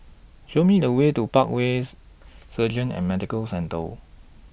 Show Me The Way to Parkways Surgery and Medical Centre